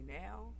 now